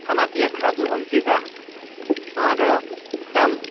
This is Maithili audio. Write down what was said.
खाना पिना खिआइयौ दियौ हम छियैक अहाँके चल